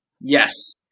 Yes